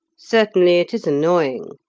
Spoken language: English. certainly it is annoying.